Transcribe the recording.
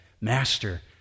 Master